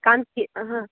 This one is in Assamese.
কি